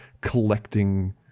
collecting